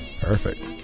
Perfect